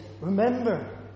remember